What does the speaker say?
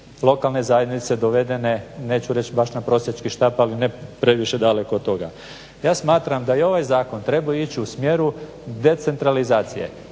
lokalne zajednice dovedene neću reć baš na prosjački štap ali ne previše daleko od toga. Ja smatram da bi i ovaj zakon trebao ići u smjeru decentralizacije.